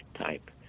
type